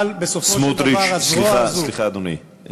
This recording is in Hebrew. אבל בסופו של דבר, סמוטריץ סליחה, אדוני,